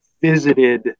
visited